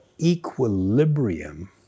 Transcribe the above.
equilibrium